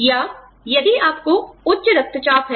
या यदि आपको उच्च रक्तचाप है